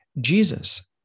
Jesus